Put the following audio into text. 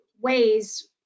ways